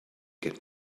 get